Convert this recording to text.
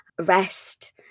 rest